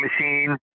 Machine